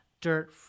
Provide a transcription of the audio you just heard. dirt